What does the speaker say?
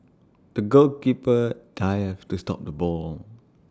the goalkeeper dived to stop the ball